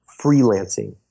freelancing